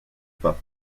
pas